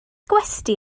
gwesty